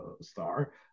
star